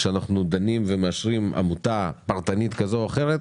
כשאנחנו דנים ומאשרים עמותה פרטנית כזו או אחרת,